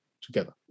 together